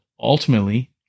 Ultimately